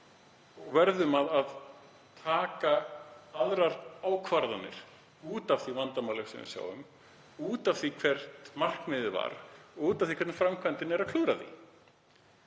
og verðum að taka aðrar ákvarðanir út af því vandamáli sem við sjáum, út af því hvert markmiðið var og út af því hvernig framkvæmdin er að klúðra því.